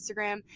Instagram